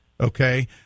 okay